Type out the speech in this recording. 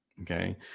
okay